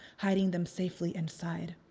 hiding them safely inside.